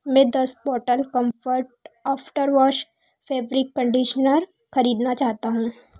मैं दस bottle comfort after wash fabric conditioner खरीदना चाहता हूँ